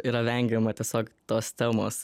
yra vengiama tiesiog tos temos